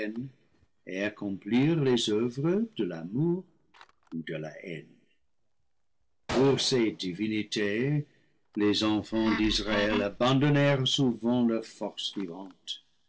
et accomplir les oeuvres de l'amour ou de la haine pour ces divinités les enfants d'israël abandonnèrent souvent leur force vivante